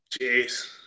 Jeez